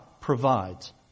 provides